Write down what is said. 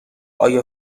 آیا